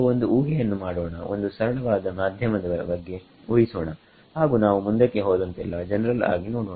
ಸೋಒಂದು ಊಹೆಯನ್ನು ಮಾಡೋಣ ಒಂದು ಸರಳವಾದ ಮಾಧ್ಯಮದ ಬಗ್ಗೆ ಊಹಿಸೋಣ ಹಾಗು ನಾವು ಮುಂದಕ್ಕೆ ಹೋದಂತೆಲ್ಲಾ ಜನರಲ್ ಆಗಿ ನೋಡೋಣ